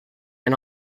and